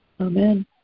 Amen